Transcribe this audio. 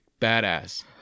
badass